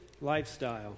lifestyle